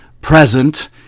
present